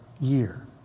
year